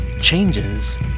changes